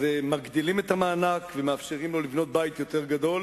מגדילים את המענק ומאפשרים לו לבנות בית יותר גדול.